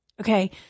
Okay